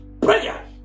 prayer